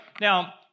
Now